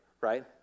right